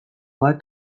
bat